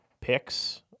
picks